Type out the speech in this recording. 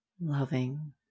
loving